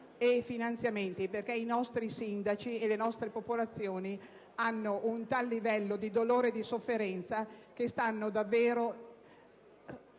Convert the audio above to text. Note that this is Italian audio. e finanziamenti - perché i nostri sindaci e le nostre popolazioni hanno un tale livello di dolore e di sofferenza che stanno davvero